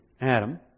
Adam